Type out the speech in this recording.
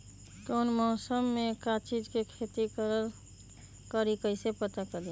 कौन मौसम में का चीज़ के खेती करी कईसे पता करी?